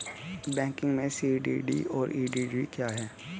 Banking में CDD और EDD क्या हैं?